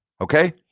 Okay